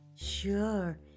Sure